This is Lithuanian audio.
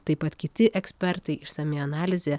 taip pat kiti ekspertai išsami analizė